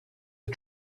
are